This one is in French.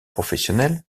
professionnels